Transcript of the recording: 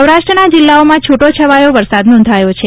સૌરાષ્ટ્રના જિલ્લાઓમાં દૂટોછવાયો વરસાદ નોંધાયો છે